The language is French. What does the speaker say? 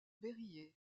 berryer